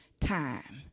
time